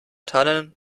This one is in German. tannen